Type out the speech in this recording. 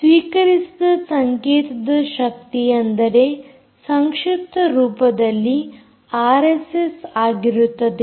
ಸ್ವೀಕರಿಸಿದ ಸಂಕೇತದ ಶಕ್ತಿ ಅಂದರೆ ಸಂಕ್ಷಿಪ್ತ ರೂಪದಲ್ಲಿ ಆರ್ಎಸ್ಎಸ್ ಆಗಿರುತ್ತದೆ